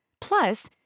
Plus